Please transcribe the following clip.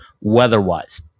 weather-wise